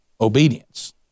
obedience